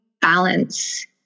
balance